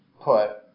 put